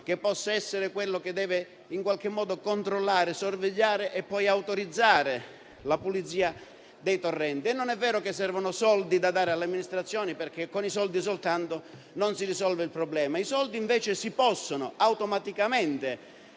che possa essere quello che deve controllare, sorvegliare e poi autorizzare la pulizia dei torrenti. Non è vero che servono soldi da dare alle amministrazioni, perché con i soldi soltanto non si risolve il problema. I soldi invece si possono incamerare